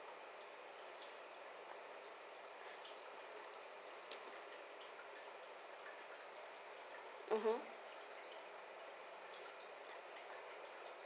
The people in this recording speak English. mmhmm